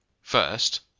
first